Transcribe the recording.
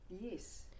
Yes